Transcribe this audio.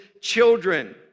children